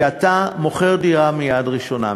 כשאתה מוכר דירה מיד ראשונה,